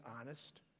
honest